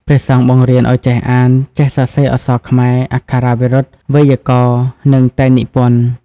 ព្រះសង្ឃបង្រៀនឲ្យចេះអាន ចេះសរសេរអក្សរខ្មែរ អក្ខរាវិរុទ្ធ វេយ្យាករណ៍ និងតែងនិពន្ធ។